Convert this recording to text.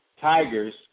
Tigers